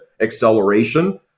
acceleration